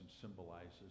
symbolizes